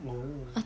oh